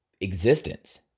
existence